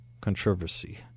controversy